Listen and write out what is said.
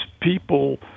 people